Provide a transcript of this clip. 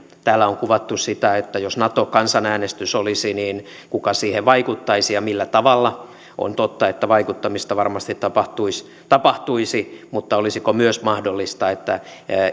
täällä on kuvattu sitä että jos nato kansanäänestys olisi niin kuka siihen vaikuttaisi ja millä tavalla on totta että vaikuttamista varmasti tapahtuisi tapahtuisi mutta olisiko mahdollista myös että